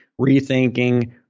rethinking